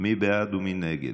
מי בעד ומי נגד?